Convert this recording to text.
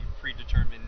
predetermined